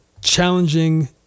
challenging